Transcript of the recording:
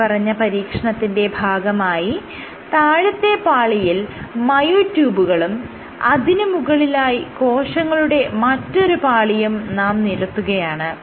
മേല്പറഞ്ഞ പരീക്ഷണത്തിന്റെ ഭാഗമായി താഴത്തെ പാളിയിൽ മയോട്യൂബുകളും അതിന് മുകളിലായി കോശങ്ങളുടെ മറ്റൊരു പാളിയും നാം നിരത്തുകയാണ്